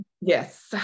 Yes